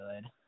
good